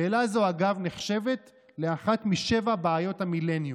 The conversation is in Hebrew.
שאלה זו, אגב, נחשבת לאחת משבע בעיות המילניום.